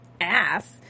ass